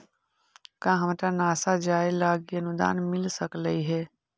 का हमरा नासा जाये लागी अनुदान मिल सकलई हे?